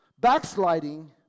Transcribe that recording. Backsliding